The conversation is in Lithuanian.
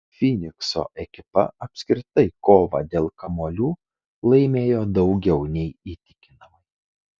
fynikso ekipa apskritai kovą dėl kamuolių laimėjo daugiau nei įtikinamai